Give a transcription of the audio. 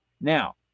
Now